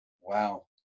Wow